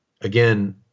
again